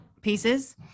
pieces